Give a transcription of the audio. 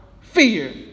fear